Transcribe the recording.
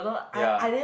ya